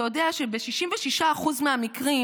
אתה יודע שב-66% מהמקרים,